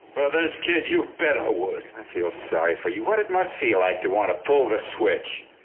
well, those kids. you bet i would feel sorry for you what it must feel like to want to pull the switch.